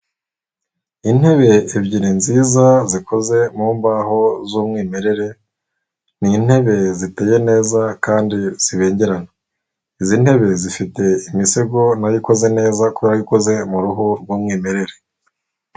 Intebe ebyiri nziza zikoze mu mbaho z'umwimerere, ni intebe ziteye neza kandi zibegerana, izi ntebe zifite imisego nayo ikoze neza kubera yuko nayo ikoze mu ruhu rw'umwimerere.